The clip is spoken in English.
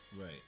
Right